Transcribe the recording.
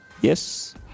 Yes